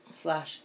slash